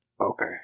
Okay